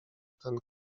ten